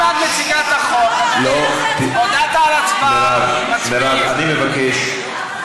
הודעת על הצבעה, מצביעים.